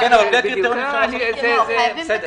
חייבים לקבוע את הקריטריון.